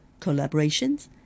collaborations